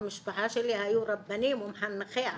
במשפחה שלי היו רבנים ומחנכי עם.